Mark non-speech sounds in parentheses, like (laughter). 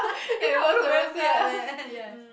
(laughs) if not will look very weird leh ya